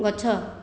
ଗଛ